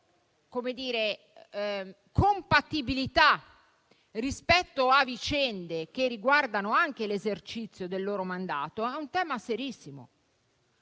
loro compatibilità rispetto a vicende che riguardano anche l'esercizio del loro mandato è serissimo.